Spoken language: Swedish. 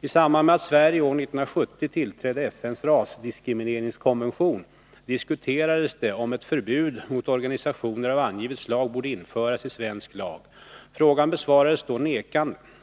I samband med att Sverige år 1970 tillträdde FN:s rasdiskrimineringskonvention diskuterades det om ett förbud mot organisationer av angivet slag borde införas i svensk lag. Frågan besvarades då nekande.